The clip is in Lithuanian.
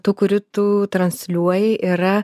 tų kurių tu transliuoji yra